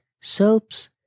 soaps